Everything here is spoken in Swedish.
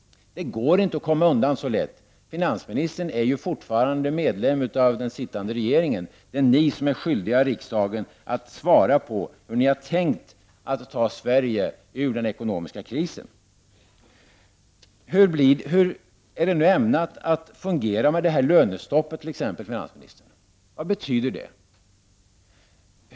Det går inte att komma undan så lätt. Finansministern är ju fortfarande medlem av den sittande regeringen. Det är ni som är skyldiga riksdagen att tala om hur ni har tänkt ta Sverige ur den ekonomiska krisen. Hur är nu t.ex. lönestoppet ämnat att fungera? Vad betyder det?